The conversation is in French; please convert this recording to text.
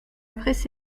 presse